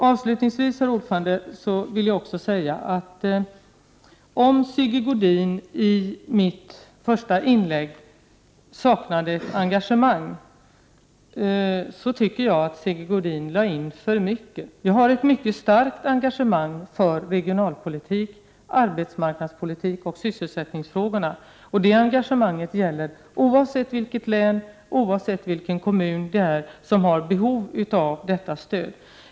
Avslutningsvis, herr talman, vill jag säga att om Sigge Godin saknade ett engagemang i mitt första inlägg, så tycker jag att han begärde för mycket. Jag har ett mycket starkt engagemang för regionalpolitik, arbetsmarknadspolitik och sysselsättningsfrågor. Det engagemanget gäller oavsett vilket län och oavsett vilken kommun som har behov av detta stöd.